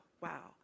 Wow